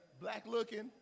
black-looking